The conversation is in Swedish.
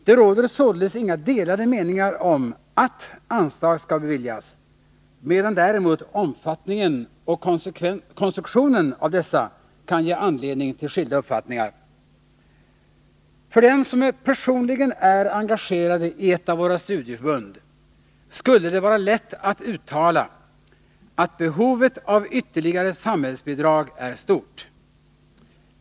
Det råder således inga delade meningar om att anslag skall beviljas, medan däremot omfattningen och konstruktionen av dessa kan ge anledning till skilda uppfattningar. För den som personligen är engagerad i ett av våra studieförbund skulle det varalätt att uttala, att behovet av ytterligare samhällsbidrag är stort.